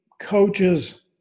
coaches